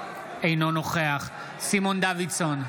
אינו נוכח סימון דוידסון,